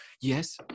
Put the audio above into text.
yes